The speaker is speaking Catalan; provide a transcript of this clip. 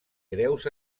greus